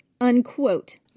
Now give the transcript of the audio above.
Unquote